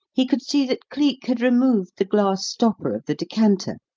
he could see that cleek had removed the glass stopper of the decanter,